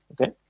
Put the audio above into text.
okay